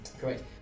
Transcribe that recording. Correct